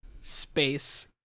space